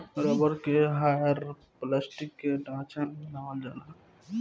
rubber के hyperelastic के ढांचा में बनावल जाला